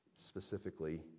Specifically